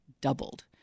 doubled